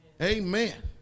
Amen